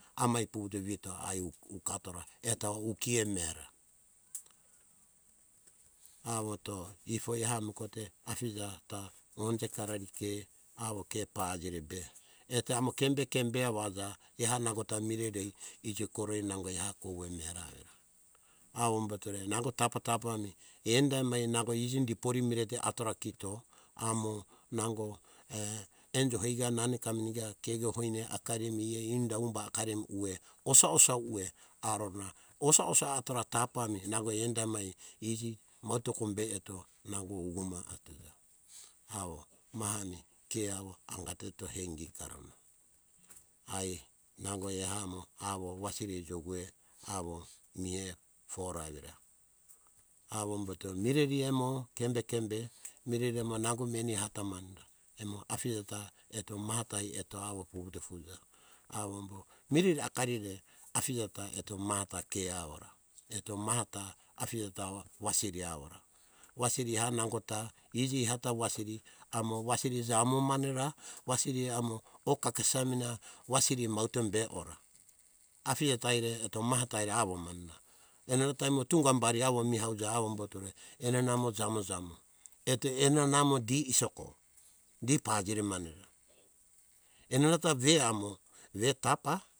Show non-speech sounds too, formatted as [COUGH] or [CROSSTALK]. Amai vuvuto vito ukatora eto awo ke eah ami mera awo eto ifo eha emikote afija ta onje karari ke awo ke pajiribara eto ke amo kembe - kembe awo aja. eha nangota mireri ai ijikoroi eha kouve mera, avombotore nango tapa - tapa ami enda emai nango iji dipori mireti atora kito amo nango [HESITATION] enjo hoika nameni kameni ka tefo keke hoine akarimi, inda humba akari emi, osa - osa mi aruna, osa - osa atora tapa ami enda emai iji mauteko be guma atuja, awo maha mi ke awo angato hei ingikarana. Ai nango eha ami wasiri ai jukuea awo miea for a evira avomboto mire emo kembe - kembe, mireri emo nang meni eha ta manera amo afija ta eto maha tai eto vutofuja. Avombo mireri akari re afija ta eto maha ta mireri ta ke awora, eto maha ta afija ta wasiri awora. Wasiri eha nangota ta eto iji ehata wasiri amo wasiri jamo manera, wasir amo o kakesa mina wasiri maute be ora afija taire eto maha taire awomanda. Enanatai amo tunga humbai awo miuja avomboto enanatai amo mireri jamojamo eto enana amo di isoko eto di pajire mane enana ta ve amo ve tapa.